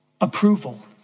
Approval